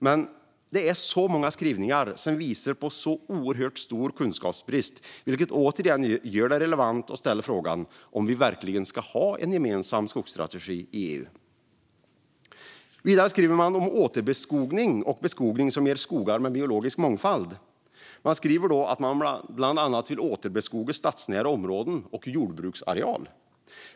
Men det är så många skrivningar som visar på så oerhört stor kunskapsbrist, vilket återigen gör det relevant att ställa frågan om vi verkligen ska ha en gemensam skogsstrategi i EU. Vidare skriver man om återbeskogning och beskogning som ger skogar med biologisk mångfald. Man skriver då att man bland annat vill återbeskoga stadsnära områden och jordbruksareal.